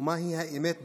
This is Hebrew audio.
ומהי האמת בכלל,